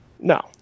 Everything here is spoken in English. No